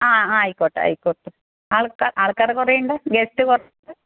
ആ ആയിക്കോട്ടെ ആയിക്കോട്ടെ ആൾക്കാർ ആൾക്കാർ കുറേ ഉണ്ട് ഗെസ്റ്റ് കുറേ ഉണ്ട്